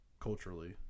culturally